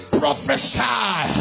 prophesy